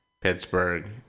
Pittsburgh